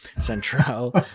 Central